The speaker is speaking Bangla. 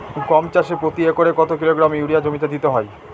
গম চাষে প্রতি একরে কত কিলোগ্রাম ইউরিয়া জমিতে দিতে হয়?